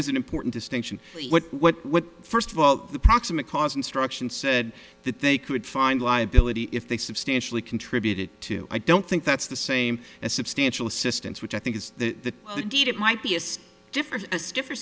is an important distinction what what what first vote the proximate cause instruction said that they could find liability if they substantially contributed to i don't think that's the same as substantial assistance which i think is the deed it might be a step different a stiffer